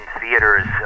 theaters